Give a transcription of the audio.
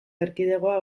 erkidegoa